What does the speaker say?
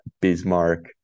Bismarck